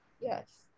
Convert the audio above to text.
Yes